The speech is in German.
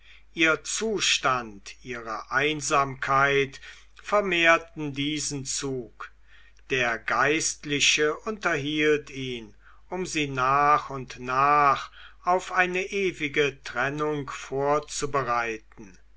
ihr zustand ihre einsamkeit vermehrten diesen zug der geistliche unterhielt ihn um sie nach und nach auf eine ewige trennung vorzubereiten